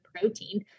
protein